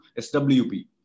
SWP